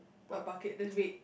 a bucket that's red